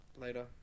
later